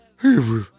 Hey